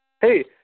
Hey